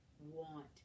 want